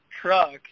truck